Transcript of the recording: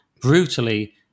brutally